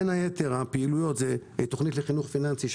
בין היתר הפעילויות יש תוכנית לחינוך פיננסי,